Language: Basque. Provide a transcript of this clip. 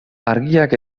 argiak